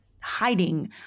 hiding